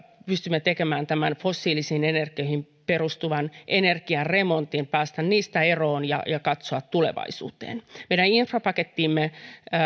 pystymme tekemään fossiilisiin energioihin perustuvan energiaremontin päästään niistä eroon ja ja katsotaan tulevaisuuteen meidän infrapakettiimme